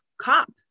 cop